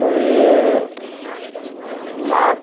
तो यह मार्च